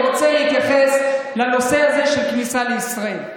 אני רוצה להתייחס לנושא הזה של כניסה לישראל.